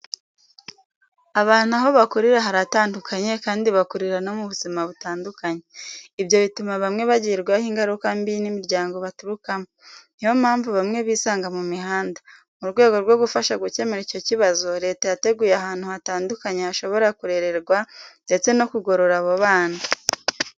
Abantu aho bakurira haratandukanye kandi bakurira no mu buzima butandukanye. Ibyo bituma bamwe bagirwaho ingaruka mbi n'imiryango baturukamo. Ni yo mpamvu bamwe bisanga mu mihanda. Mu rwego rwo gufasha gukemura icyo kibazo, leta yateguye ahantu hatandukanye hashobora kurererwa ndetse no kugorora abo bana.